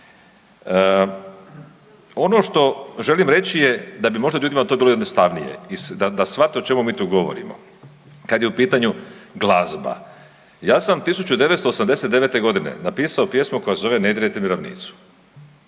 Ovo što želim reći je da bi možda ljudima to bilo jednostavnije da shvate o čemu mi tu govorimo kad je u pitanju glazba. Ja sam 1989. g. napisao pjesmu koja se zove Ne dirajte mi ravnicu.